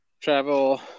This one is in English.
travel